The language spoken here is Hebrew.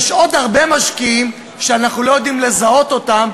יש עוד הרבה משקיעים שאנחנו לא יודעים לזהות אותם,